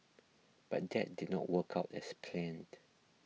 but that did not work out as planned